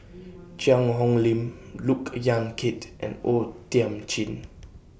Cheang Hong Lim Look Yan Kit and O Thiam Chin